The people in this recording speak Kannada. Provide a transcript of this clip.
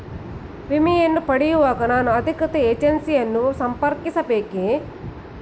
ವಿಮೆಯನ್ನು ಪಡೆಯುವಾಗ ನಾನು ಅಧಿಕೃತ ಏಜೆನ್ಸಿ ಯನ್ನು ಸಂಪರ್ಕಿಸ ಬೇಕೇ?